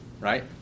right